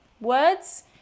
words